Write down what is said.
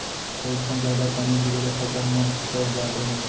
कई घौं जादा पानी गिरे ले फसल मन सर जात रहिन